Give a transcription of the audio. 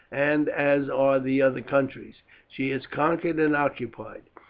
and as are the other countries she has conquered and occupied.